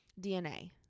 DNA